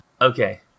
Okay